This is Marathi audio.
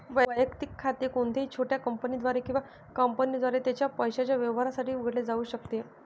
वैयक्तिक खाते कोणत्याही छोट्या कंपनीद्वारे किंवा कंपनीद्वारे त्याच्या पैशाच्या व्यवहारांसाठी उघडले जाऊ शकते